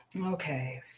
Okay